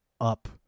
up